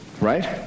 Right